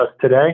today